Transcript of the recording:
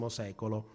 secolo